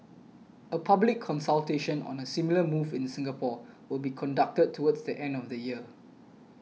a public consultation on a similar move in Singapore will be conducted towards the end of the year